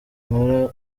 nkora